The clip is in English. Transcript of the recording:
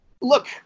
look